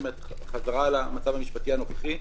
האם זה חזרה למצב המשפטי הנוכחי?